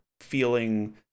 feeling